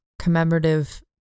commemorative